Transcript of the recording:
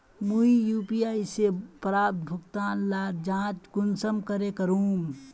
मुई यु.पी.आई से प्राप्त भुगतान लार जाँच कुंसम करे करूम?